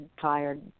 tired